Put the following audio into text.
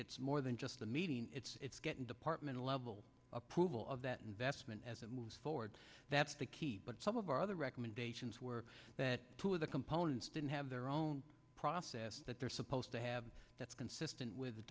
it's more than just the meeting department level approval of that investment as it moves forward that's the key but some of our other recommendations were that two of the components didn't have their own process that they're supposed to have that's consistent with